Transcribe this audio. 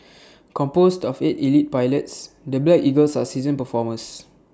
composed of eight elite pilots the black eagles are seasoned performers